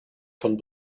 von